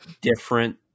different